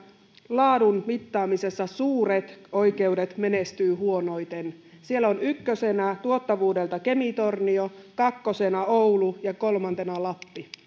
laadun mittaamisessa suuret oikeudet menestyvät huonoiten siellä on ykkösenä tuottavuudeltaan kemi tornio kakkosena oulu ja kolmantena lappi